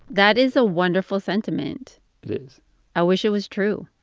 that is a wonderful sentiment it is i wish it was true